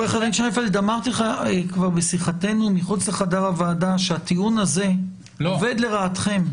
אמרתי לך כבר בשיחתנו מחוץ לחדר הוועדה שהטיעון הזה עובד לרעתכם.